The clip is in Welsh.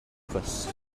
daclus